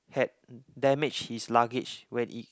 had damage his luggage when it